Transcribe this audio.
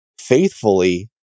faithfully